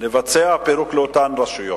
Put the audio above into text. לפרק את אותן רשויות.